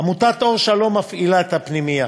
עמותת "אור שלום" מפעילה את הפנימייה.